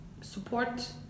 support